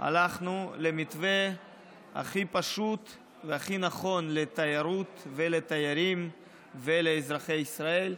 הלכנו למתווה הכי פשוט והכי נכון לתיירות ולתיירים ולאזרחי ישראל.